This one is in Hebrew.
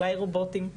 אולי רובוטים.